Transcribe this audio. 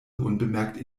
unbemerkt